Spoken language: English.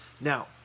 Now